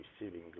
receiving